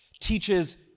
teaches